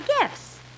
gifts